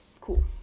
cool